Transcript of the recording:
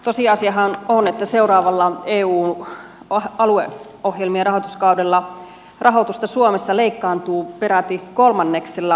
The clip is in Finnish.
tosiasiahan on että seuraavalla eu alueohjelmien rahoituskaudella rahoitusta suomessa leikkaantuu peräti kolmanneksella